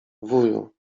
wuju